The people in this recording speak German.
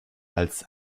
als